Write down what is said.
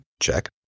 check